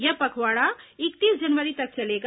यह पखवाड़ा इकतीस जनवरी तक चलेगा